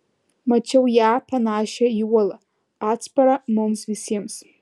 mačiau ją panašią į uolą atsparą mums visiems